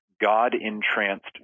God-entranced